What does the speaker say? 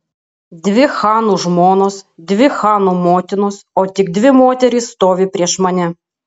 dvi chanų žmonos dvi chanų motinos o tik dvi moterys stovi prieš mane